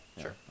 sure